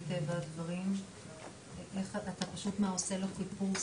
מטבע הדברים אתה פשוט עושה לו חיפוש?